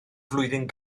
flwyddyn